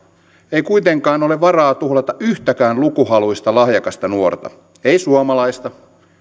ei kuitenkaan ole varaa tuhlata yhtäkään lukuhaluista lahjakasta nuorta ei suomalaista